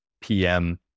PM